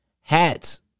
Hats